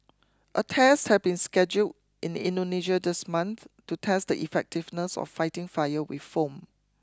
a test has been scheduled in Indonesia this month to test the effectiveness of fighting fire with foam